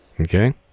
Okay